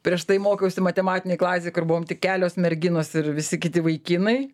prieš tai mokiausi matematinėj klasėj kur buvom tik kelios merginos ir visi kiti vaikinai